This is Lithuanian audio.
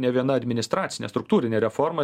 ne viena administracinė struktūrinė reforma